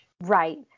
Right